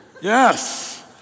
Yes